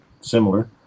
similar